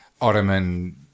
Ottoman